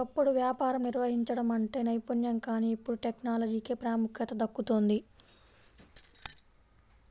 ఒకప్పుడు వ్యాపారం నిర్వహించడం అంటే నైపుణ్యం కానీ ఇప్పుడు టెక్నాలజీకే ప్రాముఖ్యత దక్కుతోంది